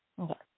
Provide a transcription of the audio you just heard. Okay